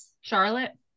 charlotte